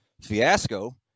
fiasco